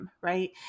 right